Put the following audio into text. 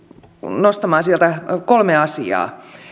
nostamaan sieltä kolme asiaa